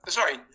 sorry